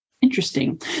interesting